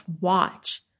watch